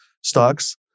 stocks